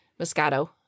Moscato